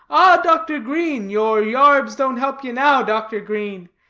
dr. green, your yarbs don't help ye now, dr. green.